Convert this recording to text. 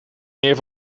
meer